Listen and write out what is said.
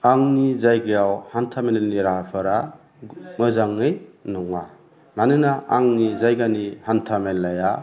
आंनि जायगायाव हान्था मेलानि राहाफ्रा मोजाङै नङा मानोना आंनि जायगानि हान्था मेलाया